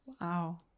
wow